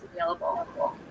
available